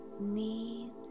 need